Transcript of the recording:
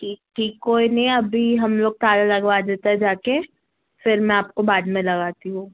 ठीक ठीक कोई नहीं अभी हम लोग ताला लगवा देते है जा कर फिर मैं आपको बाद में लगाती हूँ